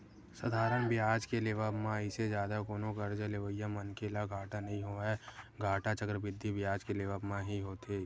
साधारन बियाज के लेवब म अइसे जादा कोनो करजा लेवइया मनखे ल घाटा नइ होवय, घाटा चक्रबृद्धि बियाज के लेवब म ही होथे